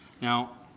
Now